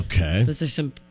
Okay